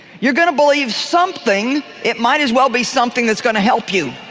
you're going to believe something, it might as well be something that is going to help you.